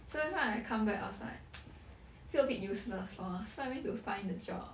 so that's why I come back I was like feel a bit useless lor so I went to find the job